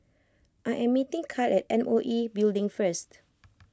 I am meeting Kyle at M O E Building first